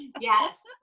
Yes